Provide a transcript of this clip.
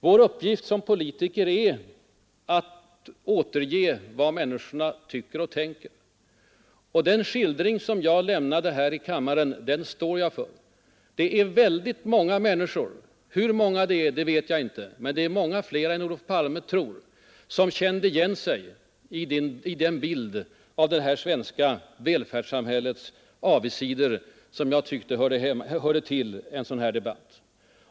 Vår uppgift som politiker är att återge vad människorna tycker och tänker. Den skildring som jag lämnade här i kammaren står jag för. Det är väldigt många människor — hur många det är vet jag inte, men det är många fler än Olof Palme tror — som känner igen den bild av det svenska välfärdssamhällets avigsidor som jag tecknade och som jag tyckte hörde hemma i en sådan här debatt.